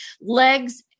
legs